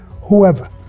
whoever